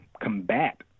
combat